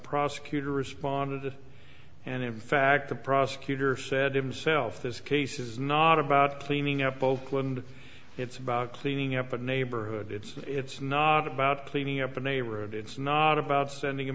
prosecutor responded to and in fact the prosecutor said himself this case is not about cleaning up oakland it's about cleaning up a neighborhood it's not about cleaning up the neighborhood it's not about sending a